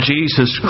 Jesus